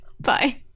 Bye